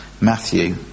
Matthew